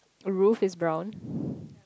roof is brown